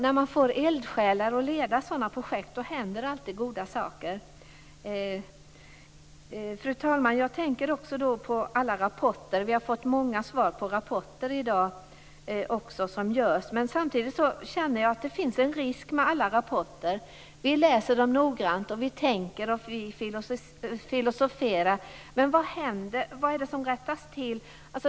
När man får eldsjälar att leda sådan projekt händer det alltid goda saker. Fru talman! Jag tänker också på alla rapporter som vi får. Vi har i dag fått många svar på att rapporter görs. Samtidigt känner jag att det finns en risk med alla dessa rapporter. Vi läser dem noggrant, tänker och filosoferar, men vad händer, vad är det som rättas till?